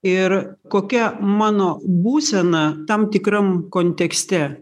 ir kokia mano būsena tam tikram kontekste